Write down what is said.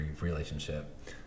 relationship